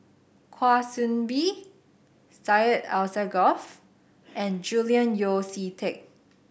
Kwa Soon Bee Syed Alsagoff and Julian Yeo See Teck